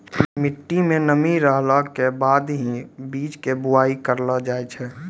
मिट्टी मं नमी रहला के बाद हीं बीज के बुआई करलो जाय छै